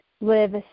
live